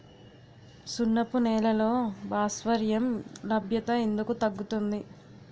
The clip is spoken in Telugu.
సున్నపు నేలల్లో భాస్వరం లభ్యత ఎందుకు తగ్గుతుంది?